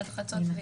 עד חצות.